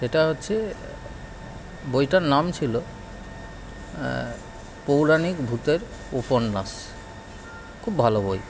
এটা হচ্ছে বইটার নাম ছিল পৌরাণিক ভূতের উপন্যাস খুব ভালো বই